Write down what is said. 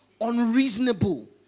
unreasonable